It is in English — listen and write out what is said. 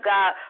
God